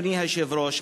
אדוני היושב-ראש,